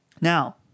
now